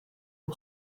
aux